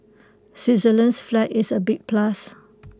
Switzerland's flag is A big plus